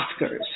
Oscars